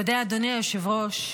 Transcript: אדוני היושב-ראש,